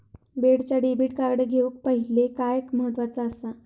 बँकेचा debit card घेउक पाहिले काय महत्वाचा असा?